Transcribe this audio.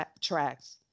tracks